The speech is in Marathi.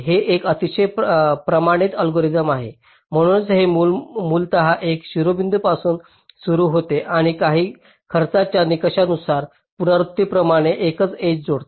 हे एक अतिशय प्रमाणित अल्गोरिदम आहे म्हणूनच हे मूलतः एका शिरोबिंदू पासून सुरू होते आणि काही खर्चाच्या निकषा नुसार पुनरावृत्तीपणे एक एज जोडते